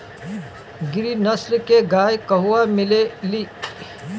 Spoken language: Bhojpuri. गिरी नस्ल के गाय कहवा मिले लि?